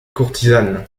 courtisane